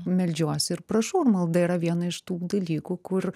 meldžiuosi ir prašau malda yra viena iš tų dalykų kur